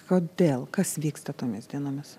kodėl kas vyksta tomis dienomis